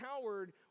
coward